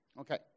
Okay